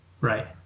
Right